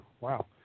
Wow